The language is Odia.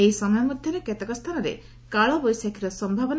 ଏହି ସମୟ ମଧରେ କେତେକ ସ୍ଥାନରେ କାଳବୈଶାଖୀର ସୟାବନା